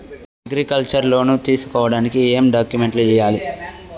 Agriculture loan తీసుకోడానికి ఏం డాక్యుమెంట్లు ఇయ్యాలి?